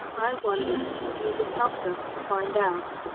i wonder if you have helped us to find out,